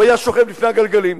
הוא היה שוכב לפני הגלגלים,